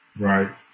Right